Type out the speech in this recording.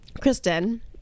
Kristen